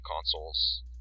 consoles